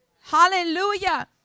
Hallelujah